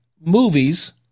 movies